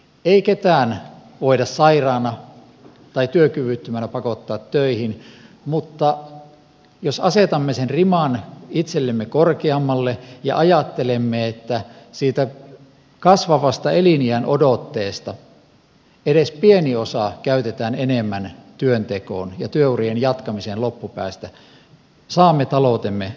ei ketään voida sairaana tai työkyvyttömänä pakottaa töihin mutta jos asetamme sen riman itsellemme korkeammalle ja ajattelemme että siitä kasvavasta eliniänodotteesta edes pieni osa käytetään enemmän työntekoon ja työurien jatkamiseen loppupäästä saamme taloutemme vakaalle pohjalle